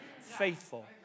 faithful